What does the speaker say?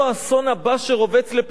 ואני שב ואומר, יש פה תרדמת.